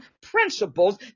principles